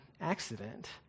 accident